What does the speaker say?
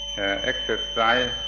exercise